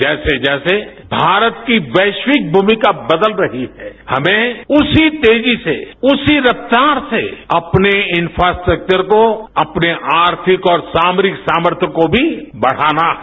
जैसे जैसे भारत की वैश्विक भूमिका बदल रही है हमें उसी तेजी से उसी रफ्तार से अपने इफ्रास्ट्रक्चर को अपने आर्थिक और सामरिक सामर्थन को भी बढ़ाना है